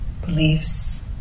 beliefs